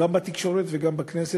גם בתקשורת וגם בכנסת,